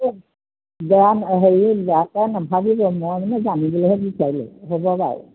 বেয়া হেৰি বেয়া চেয়া নেভাবিব মই মানে জানিবলৈহে বিচাৰিলোঁ হ'ব বাৰু